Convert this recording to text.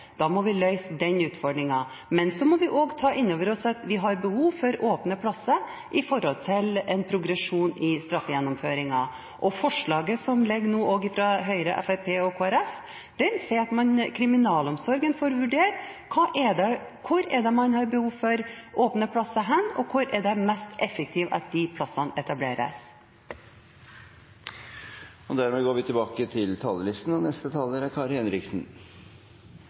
Da må vi løse den utfordringen. Men så må vi også ta inn over oss at vi har behov for åpne plasser for å få en progresjon i straffegjennomføringen. Og forslaget som nå ligger fra Høyre, Fremskrittspartiet og Kristelig Folkeparti, sier at kriminalomsorgen får vurdere hvor man har behov for åpne plasser, og hvor det er mest effektivt at de plassene etableres. Replikkordskiftet er over. Takk til saksordføreren og komitémedlemmene, hvis innsats, spesielt de siste dagene før avgivelse, førte til